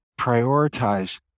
Prioritize